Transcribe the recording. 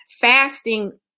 fasting